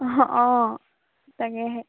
অঁ অঁ তাকেহে